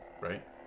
Right